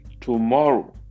tomorrow